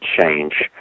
change